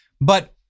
but-